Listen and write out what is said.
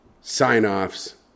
Sign-offs